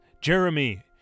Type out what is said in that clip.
Jeremy